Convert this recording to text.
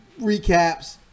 recaps